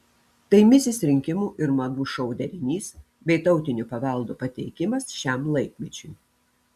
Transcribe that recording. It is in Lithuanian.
tai misis rinkimų ir madų šou derinys bei tautinio paveldo pateikimas šiam laikmečiui